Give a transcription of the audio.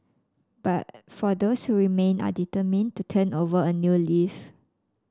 but for those who remain are determined to turn over a new leaf